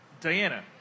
Diana